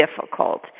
difficult